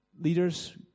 Leaders